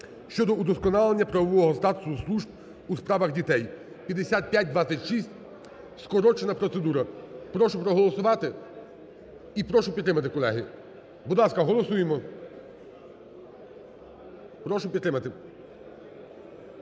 (щодо удосконалення правового статусу служб у справах дітей) 5526, скорочена процедура. Прошу проголосувати і прошу підтримати, колеги. Будь ласка, голосуємо. Прошу підтримати.